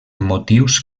motius